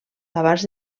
abans